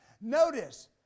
Notice